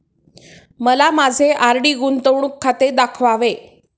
मला माझे आर.डी गुंतवणूक खाते दाखवावे